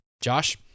Josh